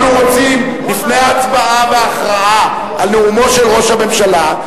אנחנו רוצים לפני ההצבעה וההכרעה על נאומו של ראש הממשלה,